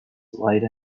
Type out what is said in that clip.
wide